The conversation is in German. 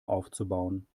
aufzubauen